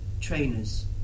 Trainers